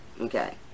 okay